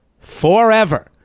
forever